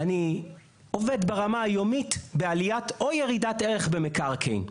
אני עובד ברמה היומית בעלייה או ירידת ערך במקרקעין.